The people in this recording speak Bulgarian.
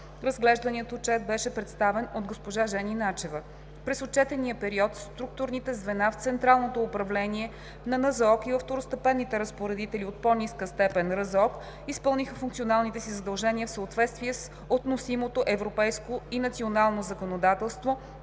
Разглежданият отчет беше представен от госпожа Жени Начева. През отчетния период структурните звена в Централното управление на Националната здравноосигурителна каса и във второстепенните разпоредители от по-ниска степен (РЗОК) изпълниха функционалните си задължения в съответствие с относимото европейско и национално законодателство